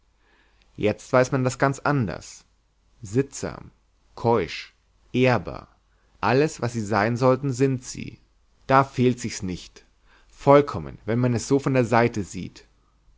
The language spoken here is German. jetzt weiß man das ganz anders sittsam keusch ehrbar alles was sie sein sollten sind sie da fehlt sich's nicht vollkommen wenn man es so von der seite sieht